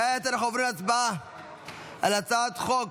כעת אנחנו עוברים להצבעה על הצעת חוק